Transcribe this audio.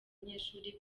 banyeshuri